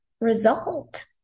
result